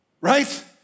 Right